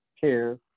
care